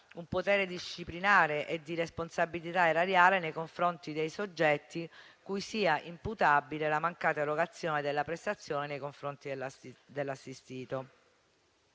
un potere disciplinare e di responsabilità erariale nei confronti dei soggetti cui sia imputabile la mancata erogazione della prestazione nei confronti dell'assistito.